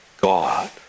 God